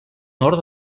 nord